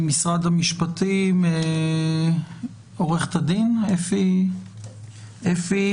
ממשרד המשפטים עו"ד אפי